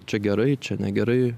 čia gerai čia negerai